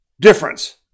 difference